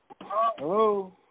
Hello